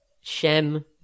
Shem